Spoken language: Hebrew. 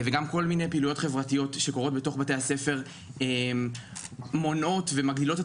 וגם כל מיני פעילויות חברתיות שקורות בתוך בתי הספר מגדילות את